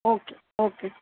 okay okay